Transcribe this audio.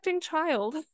child